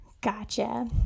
Gotcha